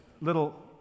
little